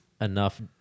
enough